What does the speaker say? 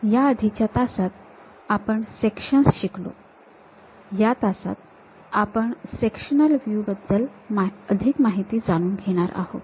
याआधीच्या तासात आपण सेक्शन्स शिकलो या तासात आपण सेक्शनल व्ह्यूज बद्दल अधिक जाणून घेणार आहोत